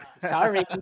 Sorry